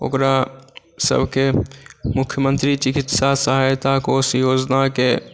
ओकरा सबकेँ मुख्यमंत्री चिकित्सा सहायता कोष योजनाके